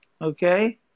Okay